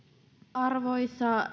arvoisa